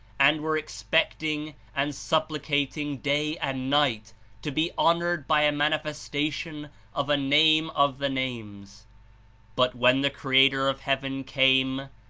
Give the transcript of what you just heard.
and were ex pecting and supplicating day and night to be honored by a manifestation of a name of the names but when the creator of heaven came,